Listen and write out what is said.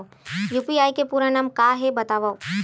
UPI के पूरा नाम का हे बतावव?